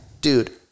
dude